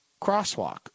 crosswalk